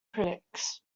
critics